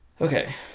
Okay